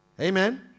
Amen